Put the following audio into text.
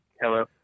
Hello